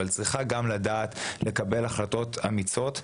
לקבל החלטות אמיצות,